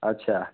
अच्छा